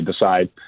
decide